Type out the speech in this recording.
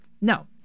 No